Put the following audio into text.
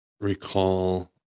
recall